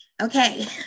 Okay